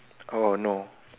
oh no